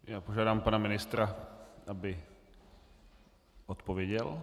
Já požádám pana ministra, aby odpověděl.